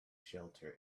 shelter